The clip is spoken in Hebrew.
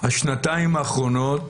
בשנתיים האחרונות